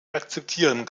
akzeptieren